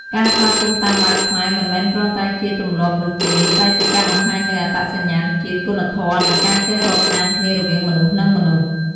ការស្វាគមន៍តាមបែបខ្មែរ មិនមែនគ្រាន់តែជាទម្លាប់នោះទេ តែជាការបង្ហាញនូវអត្តសញ្ញាណជាតិ គុណធម៌ និងការចេះរាប់អានគ្នារវាងមនុស្ស នឹងមនុស្ស។